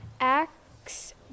Acts